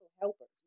helpers